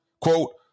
Quote